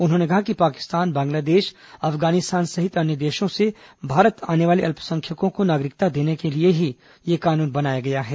उन्होंने कहा कि पाकिस्तान बांग्लादेश अफगानिस्तान सहित अन्य देशों से भारत आने वाले अल्पसंख्यकों को नागरिकता देने को लिए ही यह कानून बनाया गया है